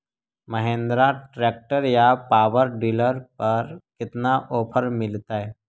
Mahindra tractor या power dealer पर कितना ओफर मीलेतय?